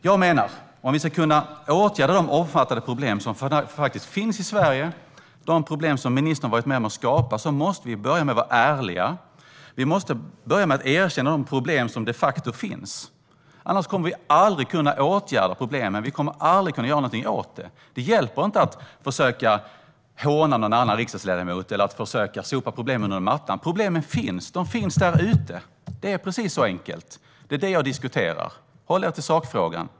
Jag menar att om vi ska kunna åtgärda de omfattande problem som faktiskt finns i Sverige, de problem som ministern har varit med om att skapa, måste vi börja med att vara ärliga. Vi måste börja med att erkänna de problem som de facto finns. Annars kommer vi aldrig att kunna åtgärda problemen; vi kommer aldrig att kunna göra någonting åt det här. Det hjälper inte att håna en annan riksdagsledamot eller försöka sopa problemen under mattan. Problemen finns där ute. Det är precis så enkelt, och det är det jag diskuterar. Håll er till sakfrågan.